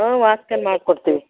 ಹ್ಞೂ ವಾಸ್ಕಲ್ ಮಾಡಿಕೊಡ್ತಿವಿ